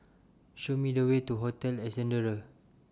Show Me The Way to Hotel Ascendere